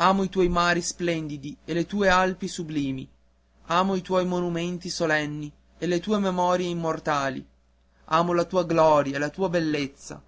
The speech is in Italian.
amo i tuoi mari splendidi e le tue alpi sublimi amo i tuoi monumenti solenni e le tue memorie immortali amo la tua gloria e la tua bellezza